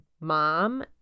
mom